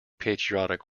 patriotic